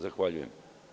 Zahvaljujem.